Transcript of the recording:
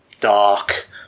dark